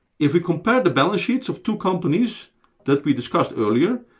if we compare the balance sheets of two companies that we discussed earlier,